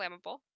flammable